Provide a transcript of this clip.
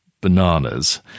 bananas